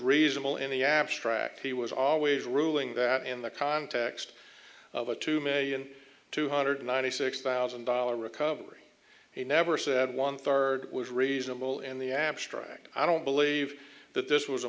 reasonable in the abstract he was always ruling that in the context of a two million two hundred ninety six thousand dollar recovery he never said one third was reasonable in the abstract i don't believe that this was a